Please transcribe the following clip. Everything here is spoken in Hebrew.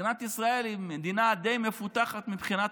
מדינת ישראל היא מדינה די מפותחת מבחינת